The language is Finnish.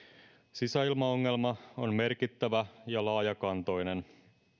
sisäilmaongelma on merkittävä ja laajakantoinen